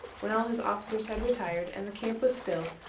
when all his officers had retired, and the camp was still,